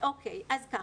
אז כך.